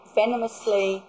venomously